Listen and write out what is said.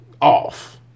off